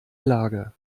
lage